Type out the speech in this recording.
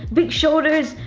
big shoulders,